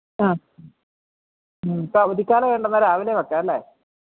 ആ ഉം ഇപ്പം അവധിക്കാലം ആയതുകൊണ്ട് എന്നാൽ രാവിലെ വെക്കാം അല്ലേ